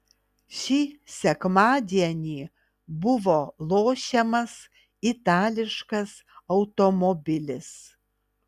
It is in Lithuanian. šį sekmadienį buvo lošiamas itališkas automobilis